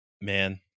man